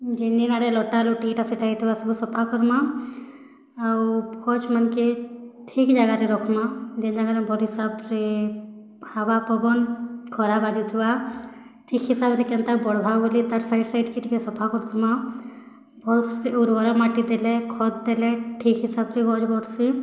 ଜେନିଆଡ଼େ ଲଟା ଲୁଟି ଏଇଟା ସେଟା ହେଇଥିବା ସବୁ ସଫା କରମାଁ ଆଉ ଗଛ୍ ମୂଲ୍କେ ଠିକ୍ ଜାଗାରେ ରଖମାଁ ଯେ ଜାଗାରେ ବଡ଼୍ ହିସାବରେ ହାବା ପବନ ଖରା ବାଜୁଥିବା ଠିକ୍ ହିସାବରେ କେନ୍ତା ବଢ଼ବା ବୋଲି ତାର୍ ସାଇଟ୍ ସାଇଟ୍କେ ଟିକେ ସଫା କରୁଥୁମାଁ ଭଲ୍ ସେ ଉର୍ବର ମାଟି ଦେଲେ ଖତ୍ ଦେଲେ ଠିକ୍ ହିସାବରେ ଗଛ୍ ବଢ଼ସି